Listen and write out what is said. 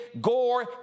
Gore